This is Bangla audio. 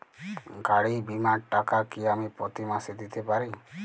গাড়ী বীমার টাকা কি আমি প্রতি মাসে দিতে পারি?